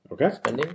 Okay